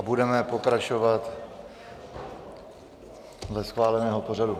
Budeme pokračovat dle schváleného pořadu.